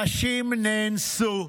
נשים נאנסו,